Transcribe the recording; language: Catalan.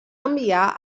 enviar